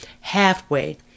halfway